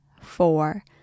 four